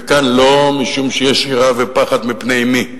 וכאן לא, משום שיש יראה ופחד מפני מי.